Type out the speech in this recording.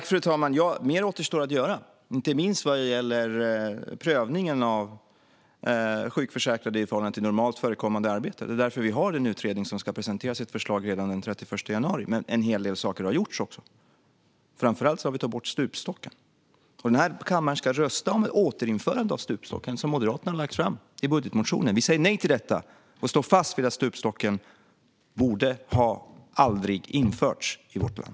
Fru talman! Mer återstår att göra. Det gäller inte minst prövningen av sjukförsäkrade i förhållande till normalt förekommande arbete. Det är därför vi har en utredning, som ska presentera sitt förslag redan den 31 januari. En hel del saker har dock gjorts. Framför allt har vi tagit bort stupstocken. Här i kammaren kommer man att rösta om ett återinförande av stupstocken, ett förslag som Moderaterna har lagt fram genom sin budgetmotion. Vi säger nej till detta och står fast vid att stupstocken aldrig borde ha införts i vårt land.